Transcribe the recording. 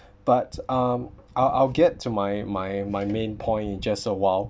but um I'll I'll get to my my my main point in just a while